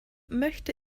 möchte